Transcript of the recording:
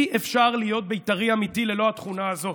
אי-אפשר להיות בית"רי אמיתי ללא התכונה הזאת.